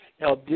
Now